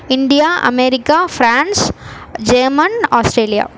India America France Germany Australia